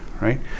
right